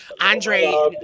Andre